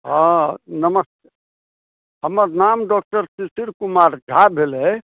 हँ नमस्ते हमर नाम डॉक्टर शिशिर कुमार झा भेलै